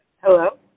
Hello